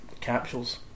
capsules